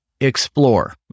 explore